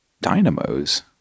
dynamos